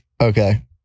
Okay